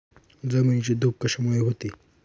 जमिनीची धूप कशामुळे होते?